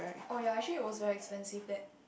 orh ya actually was very expensive that